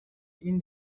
این